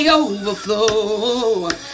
overflow